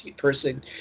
person